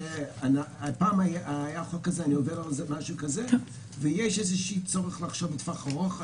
פעם היה חוק כזה, ויש צורך לחשוב לטווח ארוך.